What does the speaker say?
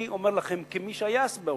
אני אומר לכם כמי שהיה באוצר,